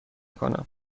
کنم